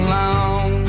long